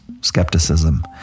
skepticism